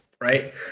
Right